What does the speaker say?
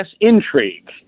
intrigue